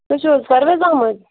تُہۍ چھُو حظ پَرویز احمد